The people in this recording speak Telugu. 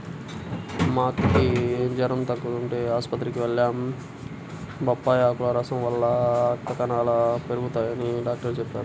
మా అక్కకి జెరం తగ్గకపోతంటే ఆస్పత్రికి వెళ్లాం, బొప్పాయ్ ఆకుల రసం వల్ల రక్త కణాలు పెరగతయ్యని డాక్టరు చెప్పారు